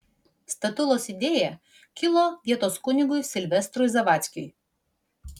statulos idėja kilo vietos kunigui silvestrui zavadzkiui